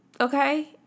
Okay